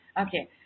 Okay